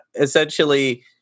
essentially